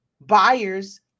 buyers